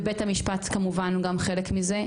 ובית המשפט, כמובן, הוא גם חלק מזה.